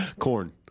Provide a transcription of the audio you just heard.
Corn